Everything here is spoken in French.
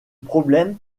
problème